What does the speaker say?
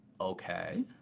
Okay